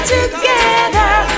Together